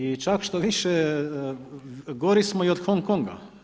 I čak štoviše, gori smo i od Hong Konga.